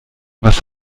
was